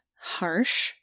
harsh